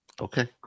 okay